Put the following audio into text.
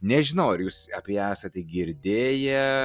nežinau ar jūs apie ją esate girdėję